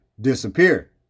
disappear